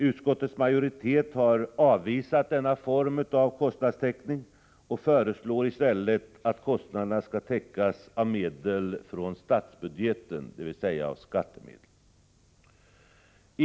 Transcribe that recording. Utskottets majoritet har avvisat denna form av kostnadstäckning och föreslår i stället att kostnaderna skall täckas av medel från statsbudgeten, dvs. av skattemedel.